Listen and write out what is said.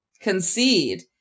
concede